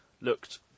looked